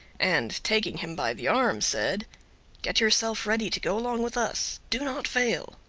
and taking him by the arm, said get yourself ready to go along with us do not fail.